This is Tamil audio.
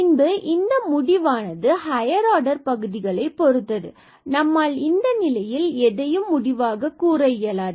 பின்பு இந்த முடிவானதும் ஹையர் ஆர்டர் பகுதிகளை பொருத்தது எனவே நம்மால் இந்த நிலையில் எதையும் முடிவாகக் கூற இயலாது